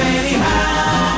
anyhow